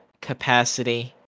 capacity